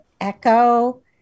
echo